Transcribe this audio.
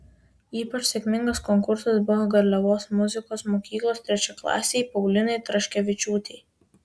ypač sėkmingas konkursas buvo garliavos muzikos mokyklos trečiaklasei paulinai traškevičiūtei